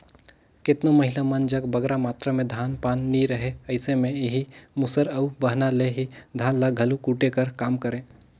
केतनो महिला मन जग बगरा मातरा में धान पान नी रहें अइसे में एही मूसर अउ बहना ले ही धान ल घलो कूटे कर काम करें